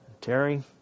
Terry